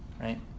right